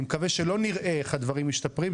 אני מקווה שלא נראה איך הדברים משתפרים,